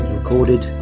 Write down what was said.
recorded